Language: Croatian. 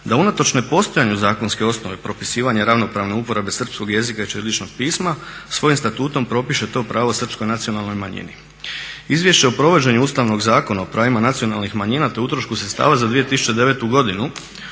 da unatoč nepostojanju zakonske osnove propisivanja ravnopravne uporabe srpskog jezika i ćirilićnog pisma svojim Statutom propiše to pravo srpskoj nacionalnoj manjini. Izvješće o provođenju Ustavnog zakona o pravima nacionalnih manjina, te utrošku sredstava za 2009. godinu